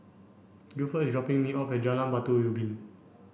Gilford is dropping me off at Jalan Batu Ubin